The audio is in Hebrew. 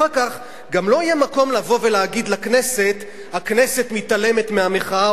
אחר כך גם לא יהיה מקום לבוא ולהגיד לכנסת: הכנסת מתעלמת מהמחאה,